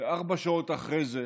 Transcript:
וארבע שעות אחרי זה